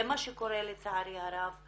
זה מה שקורה לצערי הרב,